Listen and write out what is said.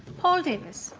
paul davies